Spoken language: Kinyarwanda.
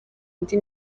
indi